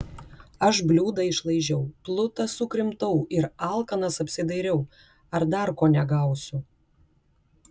aš bliūdą išlaižiau plutą sukrimtau ir alkanas apsidairiau ar dar ko negausiu